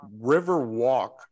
Riverwalk